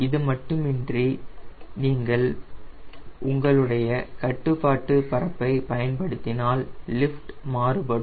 இதுமட்டுமன்றி நீங்கள் உங்களுடைய கட்டுப்பாட்டு பரப்பை பயன்படுத்தினால் லிஃப்ட் மாறுபடும்